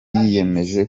yiyemeje